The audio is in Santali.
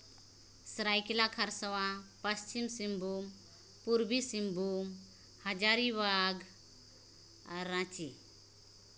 ᱥᱚᱨᱟᱭᱠᱮᱞᱟ ᱠᱷᱚᱨᱥᱟᱣᱟ ᱯᱚᱥᱪᱤᱢ ᱥᱤᱝᱵᱷᱩᱢ ᱯᱩᱨᱵᱤ ᱥᱤᱝᱵᱷᱩᱢ ᱦᱟᱡᱟᱨᱤᱵᱟᱜᱽ ᱟᱨ ᱨᱟᱸᱪᱤ